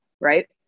right